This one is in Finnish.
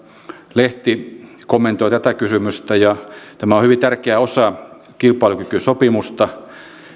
lehti kommentoi tätä kysymystä ja tämä on hyvin tärkeä osa kilpailukykysopimusta